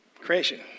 creation